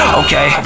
okay